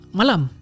malam